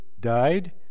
died